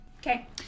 Okay